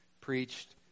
preached